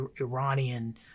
Iranian